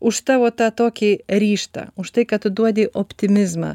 už tavo tą tokį ryžtą už tai kad tu duodi optimizmą